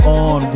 on